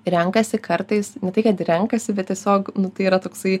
renkasi kartais ne tai kad renkasi bet tiesiog nu tai yra toksai